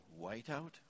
Whiteout